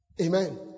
Amen